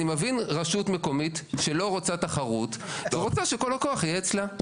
אני מבין רשות מקומית שלא רוצה תחרות ורוצה שכל לקוח יהיה אצלה.